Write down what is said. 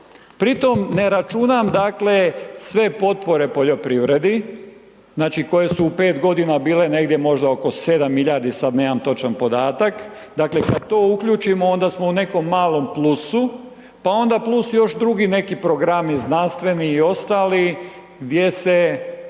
Pritom ne računam, dakle, sve potpore poljoprivredi, znači koje su u 5 godina bile negdje možda oko 7 milijardi, sad nemam točan podatak, dakle, kad to uključimo, onda smo u nekom malom plusu pa onda plus još drugi neki programi, znanstveni i ostali, gdje se